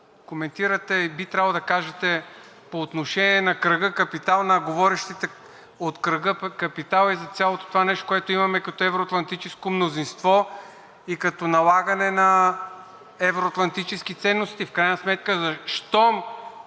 коментирате. Би трябвало да кажете по отношение на кръга „Капитал“, на говорещите от кръга „Капитал“ и за цялото това нещо, което имаме като евро-атлантическо мнозинство и като налагане на евро-атлантически ценности. В крайна сметка щом